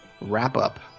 wrap-up